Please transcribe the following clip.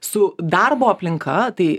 su darbo aplinka tai